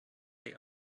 they